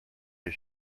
his